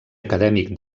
acadèmic